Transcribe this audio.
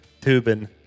tubing